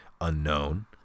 unknown